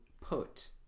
put